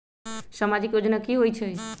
समाजिक योजना की होई छई?